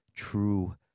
True